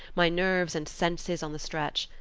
my nerves and senses on the stretch.